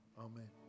Amen